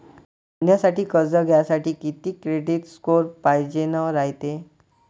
धंद्यासाठी कर्ज घ्यासाठी कितीक क्रेडिट स्कोर पायजेन रायते?